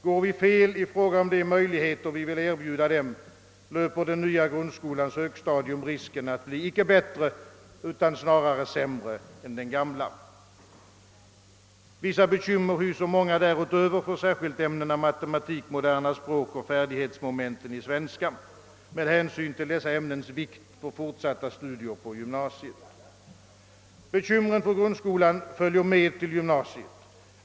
Går vi fel i fråga om de möjligheter vi vill erbjuda dem, löper den nya grundskolans högstadium risken att bli icke bättre utan snarare sämre än den gamla. Vissa bekymmer hyser många därutöver för särskilt ämnena matematik, moderna språk och färdighetsmomenten i svenska med hänsyn till dessa ämnens vikt för fortsatta studier på gymnasiet. Bekymren för grundskolan följer med till gymnasiet.